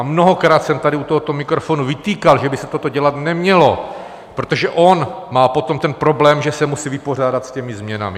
Mnohokrát jsem tady u tohoto mikrofonu vytýkal, že by se toto dělat nemělo, protože on má potom problém, že se musí vypořádat s těmi změnami.